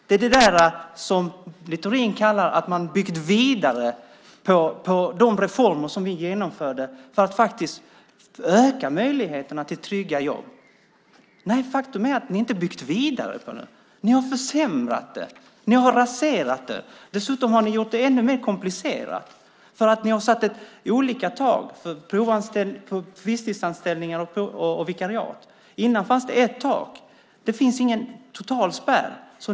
Det kallar Littorin för att man har byggt vidare på de reformer som vi genomförde för att öka möjligheterna till trygga jobb. Nej, faktum är att ni inte har byggt vidare på det. Ni har försämrat det. Ni har raserat det. Dessutom har ni gjort det ännu mer komplicerat. Ni har satt olika tak för visstidsanställningar och vikariat. Tidigare fanns det ett tak. Det finns ingen total spärr.